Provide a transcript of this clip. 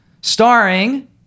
starring